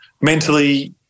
mentally